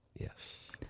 yes